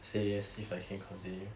say yes if I can continue